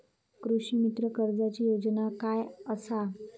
कृषीमित्र कर्जाची योजना काय असा?